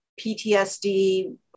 PTSD